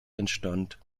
entstand